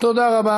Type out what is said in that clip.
תודה רבה